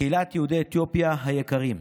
קהילת יהודי אתיופיה היקרים,